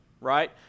right